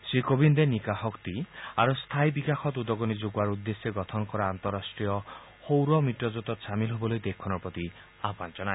শ্ৰীকোবিন্দে নিকা শক্তি আৰু স্থায়ী বিকাশত উদগণি যোগোৱাৰ উদ্দেশ্যে গঠন কৰা আন্তঃৰাষ্ট্ৰীয় সৌৰ মিত্ৰজোঁটত চামিল হবলৈ দেশখনৰ প্ৰতি আহান জনায়